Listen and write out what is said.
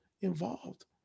involved